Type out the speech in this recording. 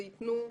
זה יתנו.